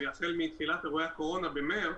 החל מתחילת אירועי הקורונה במארס,